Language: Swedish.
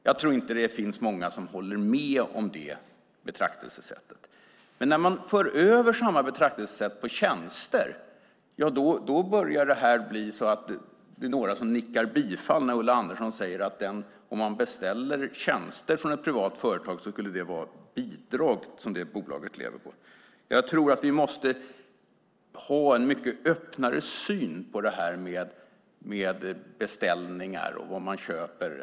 Jag tror inte att många håller med om det betraktelsesättet. När man för över samma betraktelsesätt på tjänster nickar några bifall när Ulla Andersson säger att om man beställer tjänster från ett privat företag lever det bolaget på bidrag. Vi måste nog ha en mycket öppnare syn på beställningar och på vad man köper.